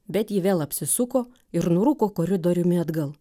bet ji vėl apsisuko ir nurūko koridoriumi atgal